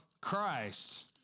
Christ